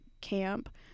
camp